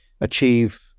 achieve